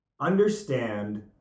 understand